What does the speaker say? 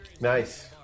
Nice